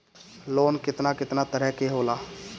Loan केतना केतना तरह के होला?